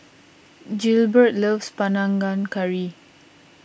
Gilbert loves Panang Curry